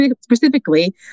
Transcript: specifically